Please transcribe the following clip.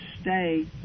stay